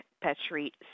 Petri